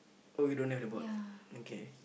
oh you don't have the board